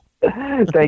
Thank